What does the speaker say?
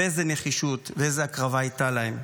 איזו נחישות ואיזו הקרבה הייתה להם.